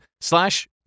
slash